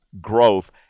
growth